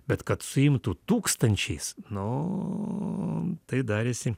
bet kad suimtų tūkstančiais nu tai darėsi